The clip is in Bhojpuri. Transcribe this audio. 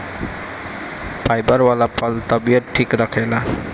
फाइबर वाला फल तबियत ठीक रखेला